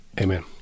Amen